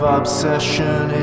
obsession